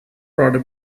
brought